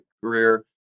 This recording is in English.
career